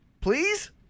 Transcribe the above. Please